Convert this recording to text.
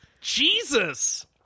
Jesus